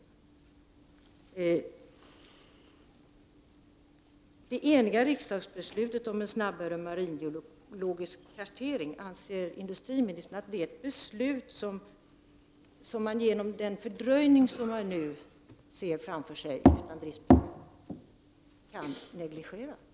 Anser industriministern att det eniga riksdagsbeslutet om en snabbare maringeologisk kartering, som nu enligt vad man kan se blir fördröjd, kan negligeras?